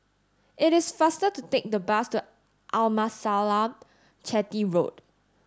it is faster to take the bus to Amasalam Chetty Road